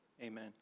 Amen